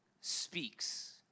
speaks